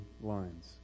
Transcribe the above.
lines